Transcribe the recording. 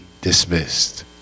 dismissed